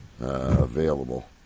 available